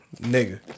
nigga